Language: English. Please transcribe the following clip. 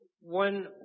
One